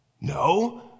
No